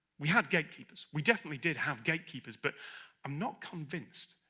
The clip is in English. we had gatekeepers we definitely did have gatekeepers, but i'm not convinced,